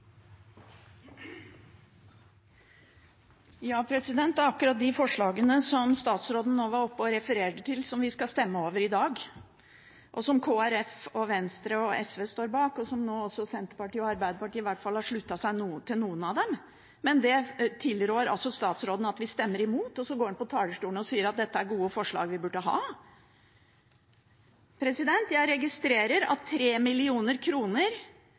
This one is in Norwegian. det er akkurat de forslagene som statsråden nå var oppe og refererte til, som vi skal stemme over i dag, og som Kristelig Folkeparti, Venstre og SV står bak, og som også Senterpartiet og Arbeiderpartiet nå – i hvert fall når det gjelder noen av forslagene – har sluttet seg til. Men dem tilrår altså statsråden at vi stemmer imot, og så går han opp på talerstolen og sier at dette er gode forslag som vi burde ha. Jeg registrerer at